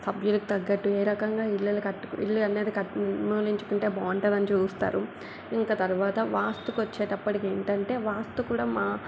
సభ్యులకు తగ్గట్టు ఏ రకంగా ఇళ్ళలు కట్టుకో ఇల్లు అనేది నిర్మూలించుకుంటే బాగుంటుందని చూస్తారు ఇంకా తరువాత వాస్తుకు వచ్చేటప్పడికి ఏంటంటే వాస్తు కూడా మా